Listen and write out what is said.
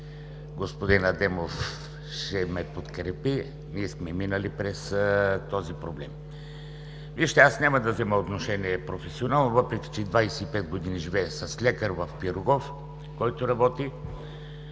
Господин Адемов ще ме подкрепи. Ние сме минали през този проблем. Вижте, аз няма да взема професионално отношение, въпреки че 25 години живея с лекар, който работи